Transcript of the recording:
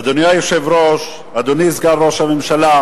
אדוני היושב-ראש, אדוני סגן ראש הממשלה,